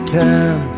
time